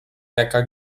jaka